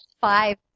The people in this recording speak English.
Five